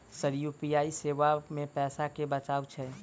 Sir UPI सेवा मे पैसा केँ बचाब छैय?